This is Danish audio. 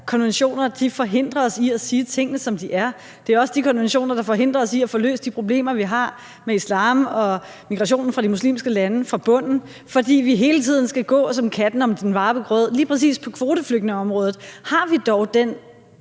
konventioner forhindrer os i at sige tingene, som de er. Det er også de konventioner, der forhindrer os i at få løst de problemer, vi har med islam og med migrationen fra de muslimske lande, fra bunden, fordi vi hele tiden skal gå som katten om den varme grød. Lige præcis på kvoteflygtningeområdet har vi dog den